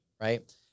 Right